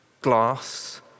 glass